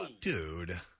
dude